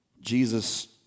Jesus